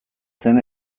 zen